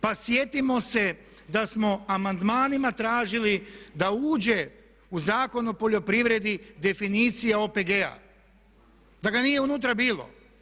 Pa sjetimo se da smo amandmanima tražili da uđe u Zakon o poljoprivredi definicija OPG-a, da ga nije unutra bilo.